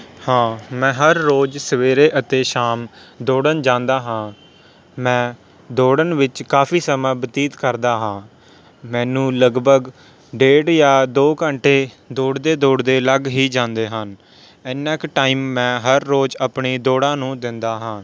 ਹਾਂ ਮੈਂ ਹਰ ਰੋਜ਼ ਸਵੇਰੇ ਅਤੇ ਸ਼ਾਮ ਦੌੜਨ ਜਾਂਦਾ ਹਾਂ ਮੈਂ ਦੌੜਨ ਵਿੱਚ ਕਾਫ਼ੀ ਸਮਾਂ ਬਤੀਤ ਕਰਦਾ ਹਾਂ ਮੈਨੂੰ ਲਗਭਗ ਡੇਢ ਜਾਂ ਦੋ ਘੰਟੇ ਦੌੜਦੇ ਦੌੜਦੇੇ ਲੱਗ ਹੀ ਜਾਂਦੇ ਹਨ ਇੰਨਾ ਕੁ ਟਾਈਮ ਮੈਂ ਹਰ ਰੋਜ਼ ਆਪਣੀ ਦੋੜਾਂ ਨੂੰ ਦਿੰਦਾ ਹਾਂ